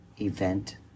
event